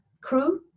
crew